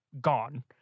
gone